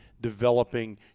developing